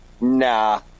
Nah